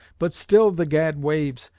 but still the gad waves,